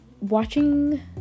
watching